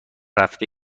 رفته